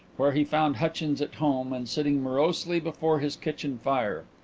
where he found hutchins at home and sitting morosely before his kitchen fire.